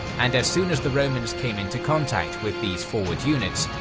and as soon as the romans came into contact with these forward units,